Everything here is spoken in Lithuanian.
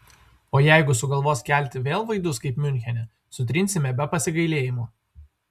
o jeigu sugalvos kelti vėl vaidus kaip miunchene sutrinsime be pasigailėjimo